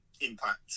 Impact